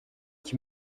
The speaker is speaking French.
qui